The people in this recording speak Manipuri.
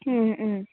ꯎꯝ ꯎꯝ